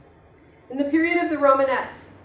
in the period of the romanesque,